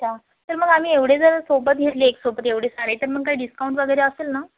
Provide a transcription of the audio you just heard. अच्छा तर मग आम्ही एवढे जर सोबत गेले एकसोबत एवढे सारे तर मग काही डिस्काउंट वगैरे असेल ना